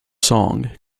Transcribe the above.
song